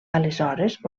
aleshores